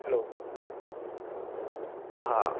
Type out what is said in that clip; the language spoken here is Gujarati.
હેલો હા